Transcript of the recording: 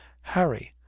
harry